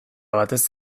batez